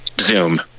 Zoom